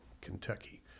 Kentucky